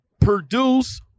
produce